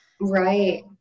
Right